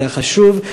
זה חשוב,